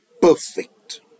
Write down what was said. perfect